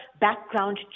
background